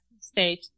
stage